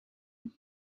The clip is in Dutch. het